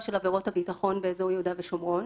של עבירות הביטחון באזור יהודה ושומרון,